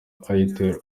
itel